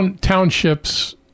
townships